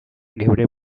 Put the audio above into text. geure